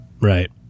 right